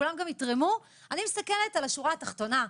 אני מסתכלת על השורה התחתונה: